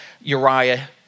Uriah